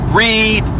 read